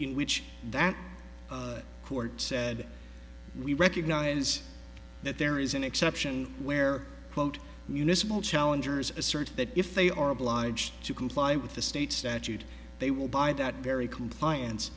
in which that court said we recognize that there is an exception where quote municipal challengers assert that if they are obliged to comply with the state statute they will by that very compliance